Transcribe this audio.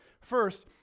First